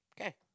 Okay